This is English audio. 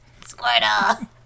Squirtle